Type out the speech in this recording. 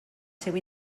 seu